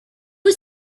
was